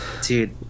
dude